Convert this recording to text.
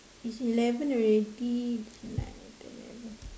it's eleven already